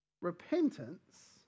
Repentance